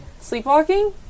Sleepwalking